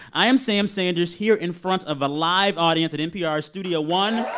i am sam sanders here in front of a live audience at npr's studio one